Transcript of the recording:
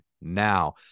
now